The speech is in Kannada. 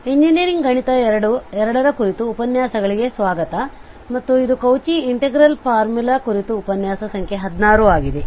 ಇಂಜಿನಿಯರಿಂಗ್ ಗಣಿತ 2 ಕುರಿತು ಉಪನ್ಯಾಸಗಳಿಗೆ ಸ್ವಾಗತ ಮತ್ತು ಇದು ಕೌಚಿ ಇಂಟಿಗ್ರಲ್ ಫಾರ್ಮುಲಾ ಕುರಿತು ಉಪನ್ಯಾಸ ಸಂಖ್ಯೆ 16 ಆಗಿದೆ